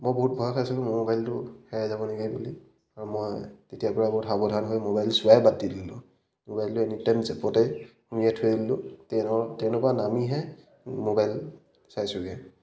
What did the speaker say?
মই বহুত ভয় খাইছিলোঁ মোৰ মোবাইলটো হেৰাই যাব নেকি বুলি আৰু মই তেতিয়াৰ পৰা বহুত সাৱধান হৈ মোবাইল চোৱাই বাদ দি দিলোঁ মোবাইলটো এনি টাইম জেপতে সোমোৱাই থৈ দিলোঁ ট্ৰেইনৰ ট্ৰেইনৰ পৰা নামিহে মোবাইল চাইছোঁগে